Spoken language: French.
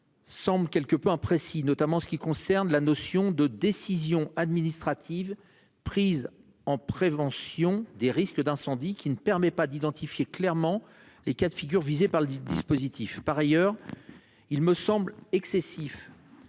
Semble quelque peu imprécis, notamment en ce qui concerne la notion de décision administrative prise en prévention des risques d'incendie qui ne permet pas d'identifier clairement les cas de figure visé par le dispositif par ailleurs. Il me semble excessif.